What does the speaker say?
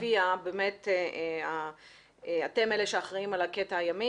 לפיה באמת אתם אלה שאחראים על הקטע הימי